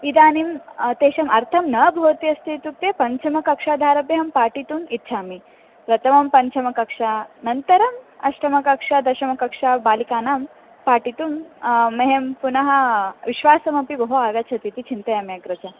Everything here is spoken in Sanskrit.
इदानीं तेषाम् अर्थः न भवति अस्ति इत्युक्ते पञ्चमकक्ष्यादारभ्य पाठयितुम् इच्छामि प्रथमं पञ्चमकक्ष्यानन्तरम् अष्टमकक्ष्या दशमकक्ष्या बालिकानां पाठयितुं मह्यं पुनः विश्वासमपि बहु आगच्छति इति चिन्तयामि अग्रज